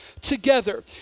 together